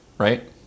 Right